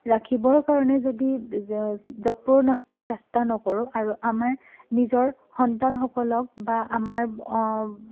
ৰাখিবৰ কাৰণে যদি যৎপৰোনাস্তি চেষ্টা নকৰোঁ আৰু আমাৰ নিজৰ সন্তানসকলক বা আমাৰ